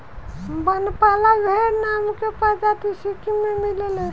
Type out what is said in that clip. बनपाला भेड़ नाम के प्रजाति सिक्किम में मिलेले